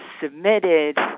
submitted